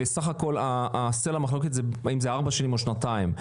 וסך הכול סלע המחלוקת היא אם זה ארבע שנים או שנתיים.